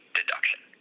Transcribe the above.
deduction